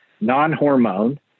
non-hormone